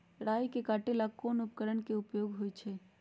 राई के काटे ला कोंन उपकरण के उपयोग होइ छई?